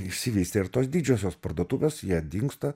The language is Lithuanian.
išsivystė ir tos didžiosios parduotuvės jie dingsta